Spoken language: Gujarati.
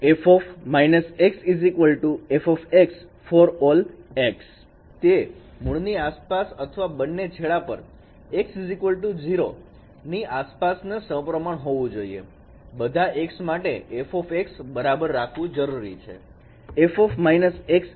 f− x f for all x તે મૂળની આસપાસ અથવા બંને છેડા પર x0 ની આસપાસ નો સપ્રમાણ હોવું જોઈએ બધા x માટે f બરાબર રાખવું જરૂરી છે